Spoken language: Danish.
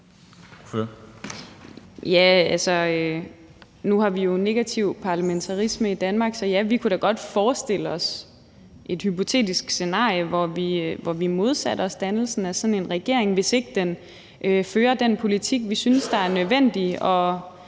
(EL): Altså, nu har vi jo negativ parlamentarisme i Danmark, så ja, vi kunne da godt forestille os et hypotetisk scenarie, hvor vi modsatte os dannelsen af sådan en regering, hvis ikke den fører den politik, vi synes er nødvendig.